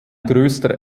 größter